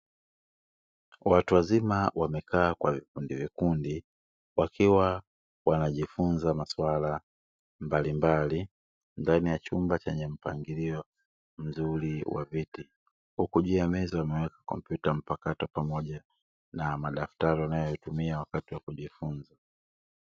Watu wazima wamekaa kwa vikundivikundi wakiwa wanajifunza maswala mbalimbali, ndani ya chumba chenye mpangilio mzuri wa viti. Huku juu ya meza kompyuta mpakato pamoja na madaftari wanayotumia wakati wa kujifunza.